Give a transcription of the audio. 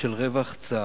של רווח צר.